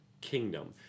kingdom